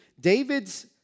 David's